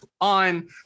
On